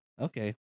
Okay